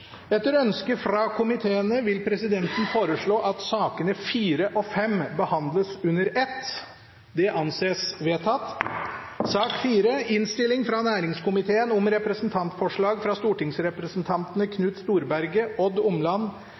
Etter ønske fra næringskomiteen og familie- og kulturkomiteen vil presidenten foreslå at sakene nr. 4 og 5 behandles under ett. – Det anses vedtatt. Etter ønske fra næringskomiteen